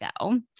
go